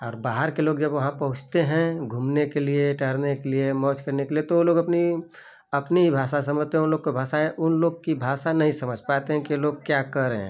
और बाहर के लोग जब वहाँ पहुँचते हैं घूमने के लिए टहलने के लिए मौज करने के लिए तो वो लोग अपनी अपनी ही भाषा समझते हैं वो लोग को भाषाएँ उन लोग की भाषा नहीं समझ पाते हैं कि लोग क्या कह रहे हैं